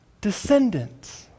descendants